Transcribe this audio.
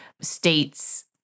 states